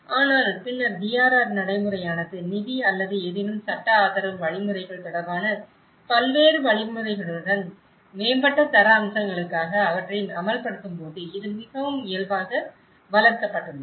ஆனால் பின்னர் DRR நடைமுறையானது நிதி அல்லது ஏதேனும் சட்ட ஆதரவு வழிமுறைகள் தொடர்பான பல்வேறு வழிமுறைகளுடன் மேம்பட்ட தர அம்சங்களுக்காக அவற்றை அமல்படுத்தும்போது இது மிகவும் இயல்பாக வளர்க்கப்பட்டுள்ளது